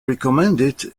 recommended